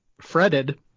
fretted